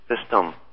system